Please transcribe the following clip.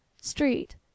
street